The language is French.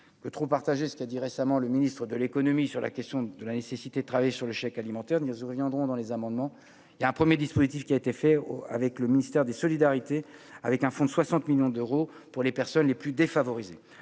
que trop partagé ce dit récemment le ministre de l'économie sur la question de la nécessité de travailler sur le chèque alimentaire, nous y reviendrons dans les amendements, il y a un 1er, dispositif qui a été fait avec le ministère des solidarités avec un fonds de 60 millions d'euros pour les personnes les plus défavorisées